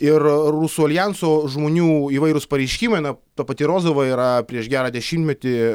ir rusų aljanso žmonių įvairūs pareiškimai na ta pati rozova yra prieš gerą dešimtmetį